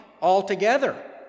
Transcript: altogether